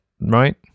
right